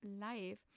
life